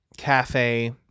cafe